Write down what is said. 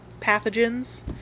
pathogens